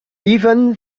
even